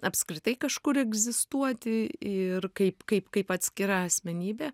apskritai kažkur egzistuoti ir kaip kaip kaip atskira asmenybė